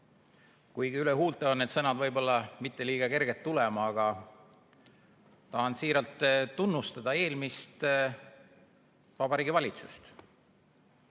kuigi üle huulte on need sõnad võib-olla mitte liiga kerged tulema, aga tahan siiralt tunnustada eelmist Vabariigi Valitsust